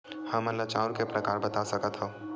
हमन ला चांउर के प्रकार बता सकत हव?